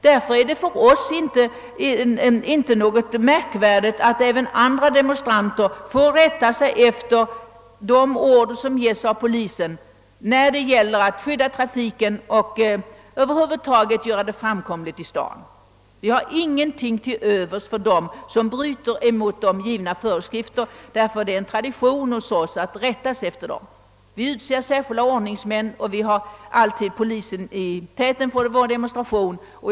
Därför är det för oss inte något märkvärdigt att även andra demonstranter skall finna sig i att lyda de order som ges av polisen när det gäller att säkra trafiken och över huvud taget göra det framkomligt i staden. Vi har ingenting till övers för dem som bryter mot de givna föreskrifterna, ty det är tradition hos oss att följa dessa. Vi ut. ser särskilda ordnirgsmän, och vi har alltid polisen i täten av vår demonstration.